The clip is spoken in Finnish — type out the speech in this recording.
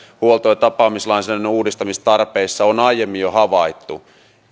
huolto ja tapaamislainsäädännön uudistamistarpeissa on aiemmin jo havaittu